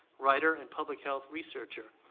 writer, and public health researcher.